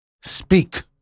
Speak